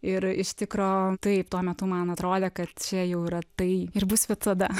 ir iš tikro taip tuo metu man atrodė kad čia jau yra tai ir bus visada